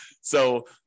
So-